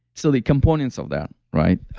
so the components of that, right?